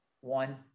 one